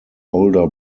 older